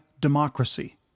democracy